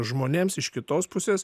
žmonėms iš kitos pusės